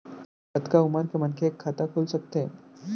कतका उमर के मनखे के खाता खुल सकथे?